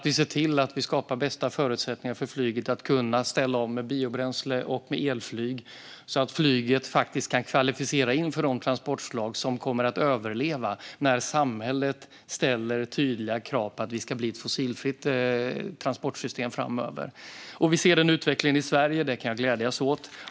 Vi ska skapa de bästa förutsättningarna för flyget att ställa om med biobränsle och elflyg så att flyget faktiskt kan kvala in bland de transportslag som kommer att överleva när samhället ställer tydliga krav på att vi ska ha ett fossilfritt transportsystem framöver. Vi ser den utvecklingen i Sverige, vilket jag gläds åt.